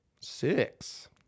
Six